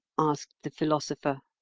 asked the philosopher,